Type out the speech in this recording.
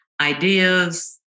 ideas